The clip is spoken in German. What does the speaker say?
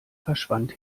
verschwand